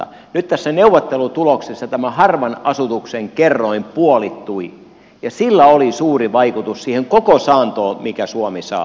nyt tässä neuvottelutuloksessa tämä harvan asutuksen kerroin puolittui ja sillä oli suuri vaikutus siihen koko saantoon minkä suomi saa